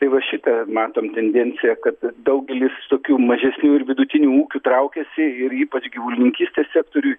tai va šitą matom tendenciją kad daugelis tokių mažesnių ir vidutinių ūkių traukiasi ir ypač gyvulininkystės sektoriuj